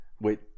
Wait